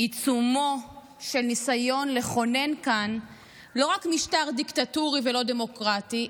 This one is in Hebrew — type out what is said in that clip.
בעיצומו של ניסיון לכונן כאן לא רק משטר דיקטטורי ולא דמוקרטי,